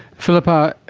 philippa,